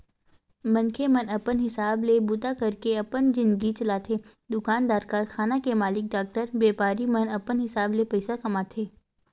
मनखे मन अपन हिसाब ले बूता करके अपन जिनगी चलाथे दुकानदार, कारखाना के मालिक, डॉक्टर, बेपारी मन अपन हिसाब ले पइसा कमाथे